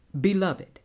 beloved